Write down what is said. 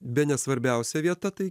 bene svarbiausia vieta tai